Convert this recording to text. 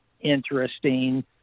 interesting